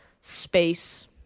space